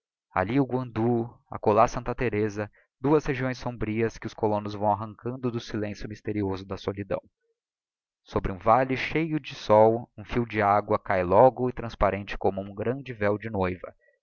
alli o guandu acolá santa thereza duas regiões sombrias que os colonos vão arrancando do silencio mysterioso da solidão sobre um valle cheio de sol um fio d'agua cáe longo e transparente como um grande véo de noiva